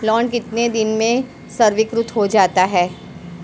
Loan कितने दिन में स्वीकृत हो जाता है?